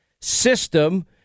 system